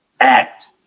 act